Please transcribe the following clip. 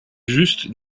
juste